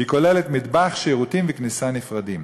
והיא כוללת מטבח, שירותים וכניסה נפרדים.